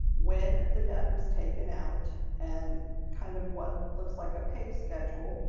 when the debt was taken out and kind of what looks like a pay schedule,